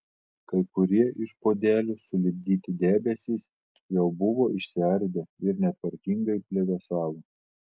kai kurie iš puodelių sulipdyti debesys jau buvo išsiardę ir netvarkingai plevėsavo